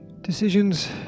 Decisions